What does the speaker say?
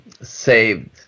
saved